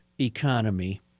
economy